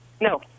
No